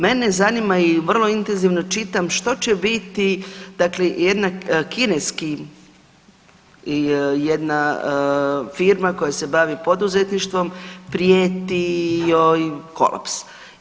Mene zanima i vrlo intenzivno čitam što će biti dakle jedna kineski, jedna firma koja se bavi poduzetništvom prijeti joj kolaps.